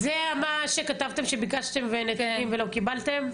זה מה שאמרתם שביקשתם נתונים ולא קיבלתם?